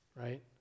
right